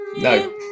No